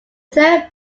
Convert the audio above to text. third